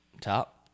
top